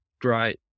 great